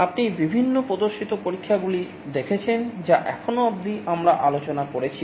আপনি বিভিন্ন প্রদর্শিত পরীক্ষাগুলি দেখেছেন যা এখনও অবধি আমরা আলোচনা করেছি